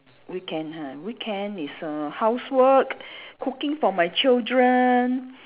weekend ha weekend is err housework cooking for my children